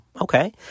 okay